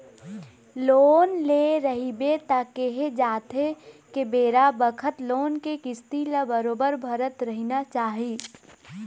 loan ले रहिबे त केहे जाथे के बेरा बखत लोन के किस्ती ल बरोबर भरत रहिना चाही